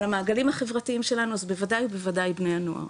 על המעגלים החברתיים שלנו אז בוודאי ובוודאי בני הנוער.